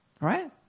Right